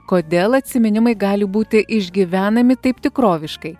kodėl atsiminimai gali būti išgyvenami taip tikroviškai